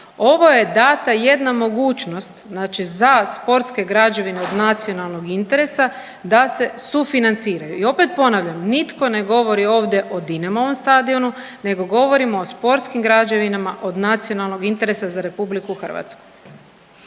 Ovo je data jedna mogućnost znači za sportske građevine od nacionalnog interesa da se sufinanciraju. I opet ponavljam nitko ne govori ovdje o Dinamovom stadionu nego govorimo o sportskim građevinama od nacionalnog interesa za RH.